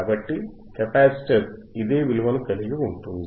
కాబట్టి కెపాసిటర్ ఇదే విలువను కలిగి ఉంటుంది